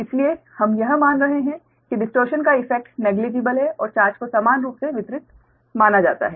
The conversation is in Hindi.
इसलिए हम यह मान रहे हैं कि डिस्टोर्शन का इफैक्ट नगण्य है और चार्ज को समान रूप से वितरित माना जाता है